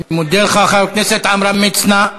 אני מודה לך, חבר הכנסת עמרם מצנע.